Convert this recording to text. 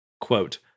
quote